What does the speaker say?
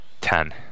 ten